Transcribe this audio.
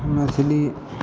हँ मैथिली